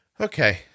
Okay